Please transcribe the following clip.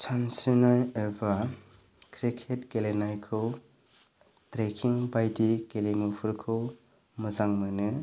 सानस्रिनाय एबा क्रिकेट गेलेनायखौ ट्रेक्किं बायदि गेलेमुफोरखौ मोजां मोनो